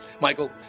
Michael